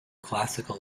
classical